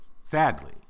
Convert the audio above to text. Sadly